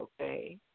okay